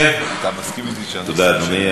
תודה, אדוני.